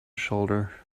shoulder